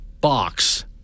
Box